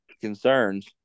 concerns